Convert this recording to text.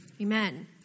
Amen